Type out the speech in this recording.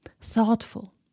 thoughtful